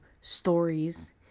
stories